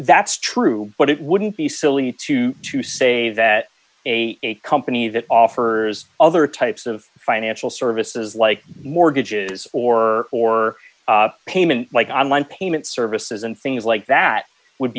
that's true but it wouldn't be silly to me to say that a company that offers other types of financial services like mortgages or for payment like on line payment services and things like that would